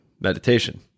meditation